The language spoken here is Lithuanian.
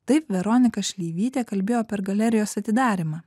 taip veronika šleivytė kalbėjo per galerijos atidarymą